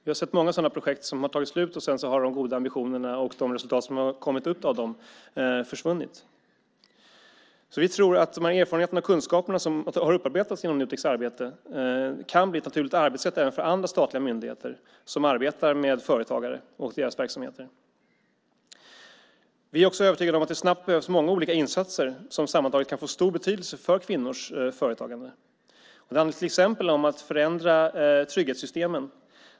Vi har sett många sådana projekt som har tagit slut, och sedan har de goda ambitionerna och de resultat som har kommit ut av dem försvunnit. Vi tror att de erfarenheter och kunskaper som har utarbetats inom Nuteks arbete kan bli ett naturligt arbetssätt även för andra statliga myndigheter som arbetar med företagare och deras verksamheter. Vi är också övertygade om att det snabbt behövs många olika insatser som sammantaget kan få stor betydelse för kvinnors företagande. Det handlar till exempel om att förändra trygghetssystemen.